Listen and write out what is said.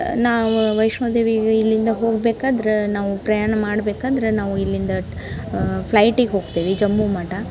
ನಾವು ವೈಷ್ಣೋದೇವಿಗೆ ಇಲ್ಲಿಂದ ಹೋಗ್ಬೇಕಾದ್ರೆ ನಾವು ಪ್ರಯಾಣ ಮಾಡ್ಬೇಕಾದ್ರೆ ನಾವು ಇಲ್ಲಿಂದ ಫ್ಲೈಟಿಗೆ ಹೋಗ್ತೀವಿ ಜಮ್ಮು ಮಟ